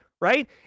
right